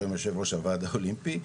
היום יושבת ראש הוועד האולימפי.